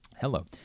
Hello